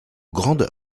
grande